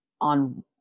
on